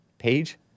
Page